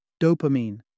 Dopamine